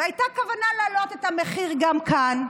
הייתה כוונה להעלות את המחיר גם כאן.